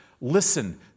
listen